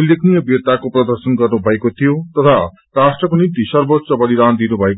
उत्लेखनीय वीरताको प्रर्दशन गर्नुभयो तथा राष्ट्रको निशिम्त सर्वोच्च बलिदान दिनुभयो